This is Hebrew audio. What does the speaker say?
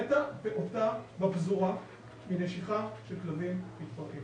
מתה פעוטה בפזורה מנשיכה של כלבים מתפרעים.